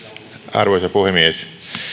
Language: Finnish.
arvoisa puhemies